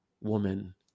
woman